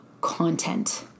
content